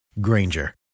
Granger